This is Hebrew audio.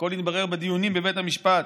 הכול יתברר בדיונים בבית המשפט.